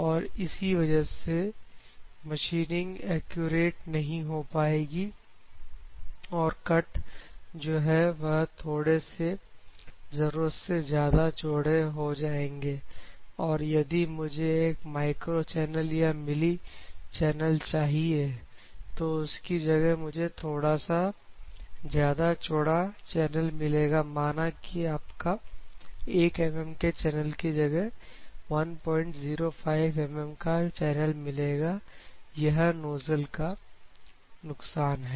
तो इसी वजह से मशीनिंग एक्यूरेट नहीं हो पाएगी और कट जो है वह थोड़े से जरूरत से ज्यादा चोड़े हो जाएंगे तो यदि मुझे एक माइक्रो चैनल या मिली चैनल चाहिए तो उसकी जगह मुझे थोड़ा सा ज्यादा चौड़ा चैनल मिलेगा माना की आपका 1एमएमके चैनल की जगह 105 एमएम का चैनल मिलेगा यह इस नोजल का नुकसान है